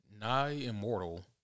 nigh-immortal